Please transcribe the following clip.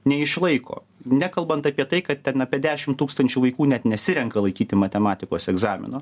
neišlaiko nekalbant apie tai kad ten apie dešim tūkstančių vaikų net nesirenka laikyti matematikos egzamino